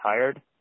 tired